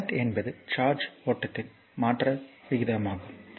current என்பது charge ஓட்டத்தின் மாற்ற விகிதமாகும்